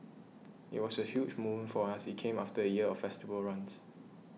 it was a huge moment for us it came after a year of festival runs